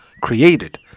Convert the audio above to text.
created